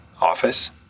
office